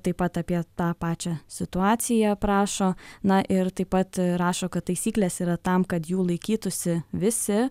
taip pat apie tą pačią situaciją aprašo na ir taip pat rašo kad taisyklės yra tam kad jų laikytųsi visi